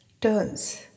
turns